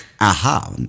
Aha